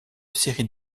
série